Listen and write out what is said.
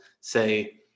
say